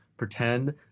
Pretend